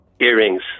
Earrings